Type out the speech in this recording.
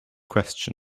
question